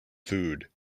food